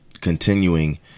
continuing